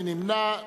מי נמנע?